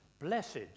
Blessed